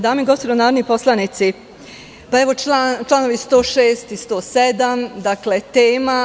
Dame i gospodo narodni poslanici, članovi 106. i 107. dakle tema.